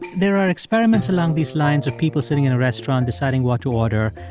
there are experiments along these lines of people sitting in a restaurant deciding what to order.